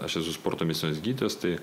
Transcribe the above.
aš esu sporto medicinos gydytojas tai